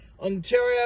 Ontario